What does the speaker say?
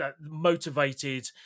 Motivated